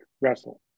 Wrestle